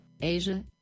Asia